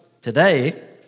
today